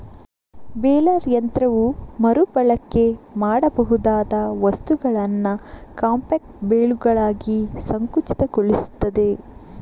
baler ಯಂತ್ರವು ಮರು ಬಳಕೆ ಮಾಡಬಹುದಾದ ವಸ್ತುಗಳನ್ನ ಕಾಂಪ್ಯಾಕ್ಟ್ ಬೇಲುಗಳಾಗಿ ಸಂಕುಚಿತಗೊಳಿಸ್ತದೆ